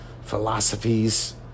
philosophies